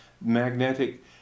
magnetic